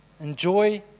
Enjoy